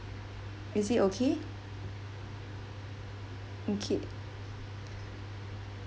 is it okay okay